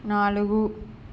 నాలుగు